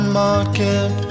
market